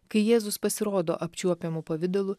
kai jėzus pasirodo apčiuopiamu pavidalu